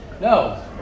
No